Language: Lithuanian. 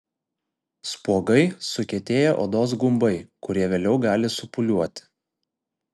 spuogai sukietėję odos gumbai kurie vėliau gali supūliuoti